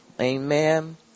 Amen